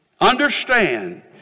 Understand